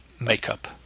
makeup